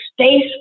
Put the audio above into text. space